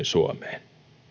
suomeen